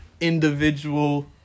individual